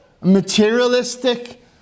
materialistic